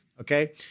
Okay